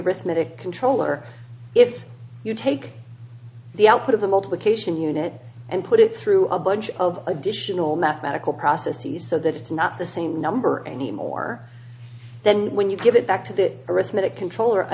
arithmetic controller if you take the output of the multiplication unit and put it through a bunch of additional mathematical processes so that it's not the same number anymore then when you give it back to that arithmetic controller i